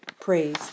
praise